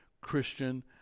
Christian